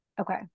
Okay